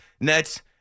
Nets